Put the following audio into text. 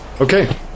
Okay